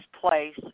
place